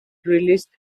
released